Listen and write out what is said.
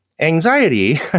Anxiety